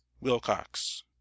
Wilcox